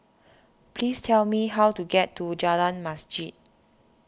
please tell me how to get to Jalan Masjid